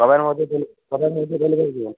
কবের মধ্যে ডেলি কবের মধ্যে ডেলিভারি দিবে